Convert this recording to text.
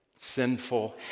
sinful